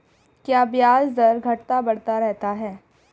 क्या ब्याज दर घटता बढ़ता रहता है?